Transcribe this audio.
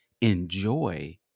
enjoy